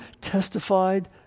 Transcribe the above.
testified